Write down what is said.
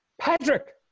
Patrick